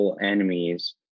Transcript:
enemies